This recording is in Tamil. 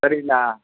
சரிங்கண்ணா